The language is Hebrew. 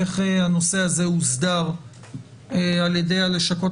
איך הנושא הזה הוסדר על-ידי הלשכות